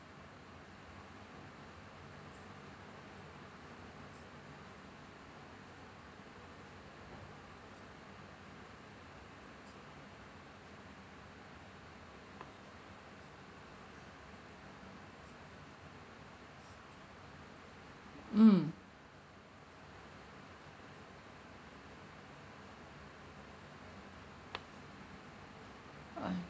mm ah